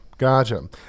Gotcha